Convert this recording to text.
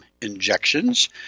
injections